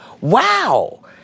Wow